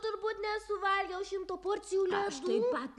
turbūt nesuvalgiau šimto porcijų ledų